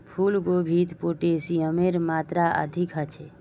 फूल गोभीत पोटेशियमेर मात्रा अधिक ह छे